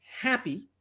happy